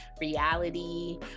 reality